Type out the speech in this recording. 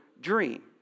dream